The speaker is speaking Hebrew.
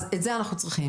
אז את זה אנחנו צריכים,